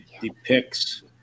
depicts